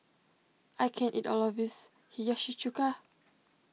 I can't eat all of this Hiyashi Chuka